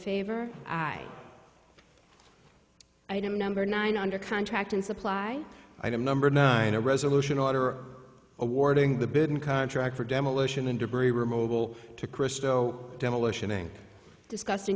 favor i am number nine under contract and supply item number nine a resolution order awarding the bid in contract for demolition and debris removal to cristo demolition inc discus